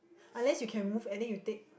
unless you can move and then you take